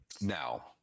now